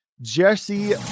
Jesse